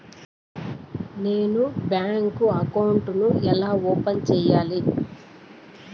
నేను bank account ను ఎలా ఓపెన్ సేయాలి?